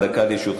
אז הוא יצא.